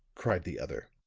cried the other.